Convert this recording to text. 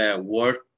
worth